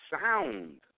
sound